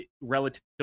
relatively